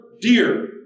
dear